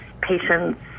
patients